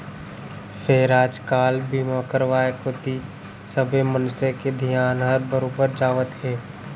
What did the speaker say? फेर आज काल बीमा करवाय कोती सबे मनसे के धियान हर बरोबर जावत हे